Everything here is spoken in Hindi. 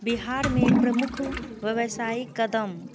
बिहार में प्रमुख व्यवसायी क़दम